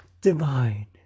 divine